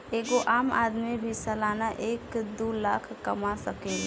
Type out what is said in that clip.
एगो आम आदमी भी सालाना एक दू लाख कमा सकेला